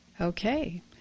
Okay